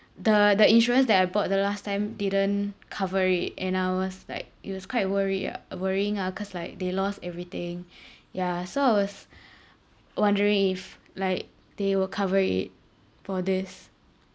the the insurance that I bought the last time didn't cover it and I was like it was quite worry ah worrying ah cause like they lost everything ya so I was wondering if like they will cover it for this